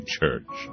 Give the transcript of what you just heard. Church